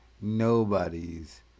Nobody's